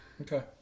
Okay